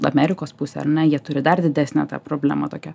amerikos pusė ar ne jie turi dar didesnę tą problemą tokią